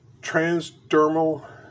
transdermal